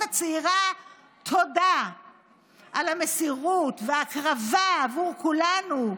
הצעירה תודה על המסירות וההקרבה עבור כולנו,